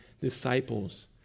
disciples